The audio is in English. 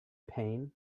pain